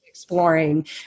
Exploring